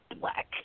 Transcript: Black